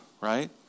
right